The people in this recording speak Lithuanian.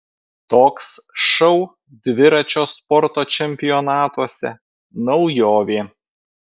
toks šou dviračio sporto čempionatuose naujovė